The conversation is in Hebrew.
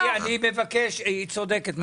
היא צודקת.